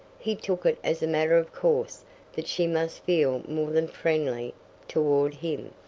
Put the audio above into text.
he took it as a matter of course that she must feel more than friendly toward him.